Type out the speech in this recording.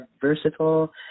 versatile